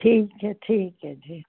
ठीक है ठीक है जी